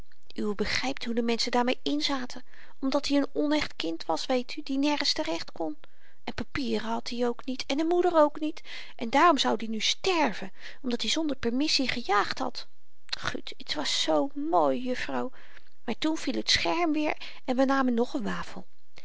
uwe begrypt hoe de menschen daarmee inzaten omdat i n onecht kind was weet u die nergens te-recht kon en papieren had i ook niet en de moeder ook niet en daarom zoud i nu sterven omdat i zonder permissie gejaagd had gut het was zoo mooi juffrouw maar toen viel het scherm weer en we namen nog n wafel